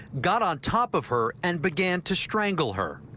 got on top of her and began to strangle her.